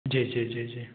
जी जी जी जी